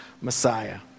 Messiah